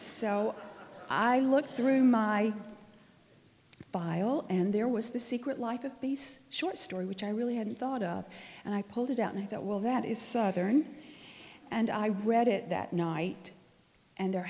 so i looked through my bio and there was the secret life of bees short story which i really hadn't thought up and i pulled it out i thought well that is southern and i read it that night and the